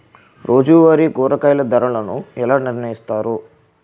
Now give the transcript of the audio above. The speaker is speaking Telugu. రోజువారి కూరగాయల ధరలను ఎలా నిర్ణయిస్తారు?